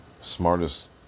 smartest